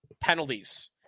Penalties